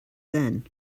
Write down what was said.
then